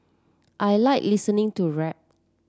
I like listening to rap